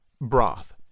Broth